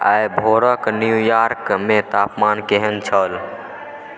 आइ भोरक न्यूयॉर्कमे तापमान केहन छल